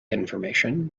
information